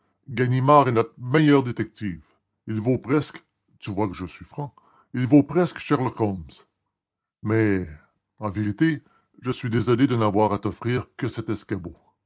ganimard est notre meilleur détective il vaut presque vous voyez comme je suis franc il vaut presque sherlock holmès mais en vérité je suis désolé de n'avoir à vous offrir que cet escabeau